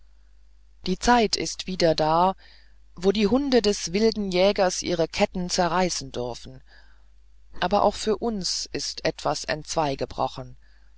die zeit ist wieder da wo die hunde des wilden jägers ihre ketten zerreißen dürfen aber auch für uns ist etwas